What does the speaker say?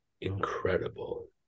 incredible